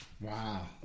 Wow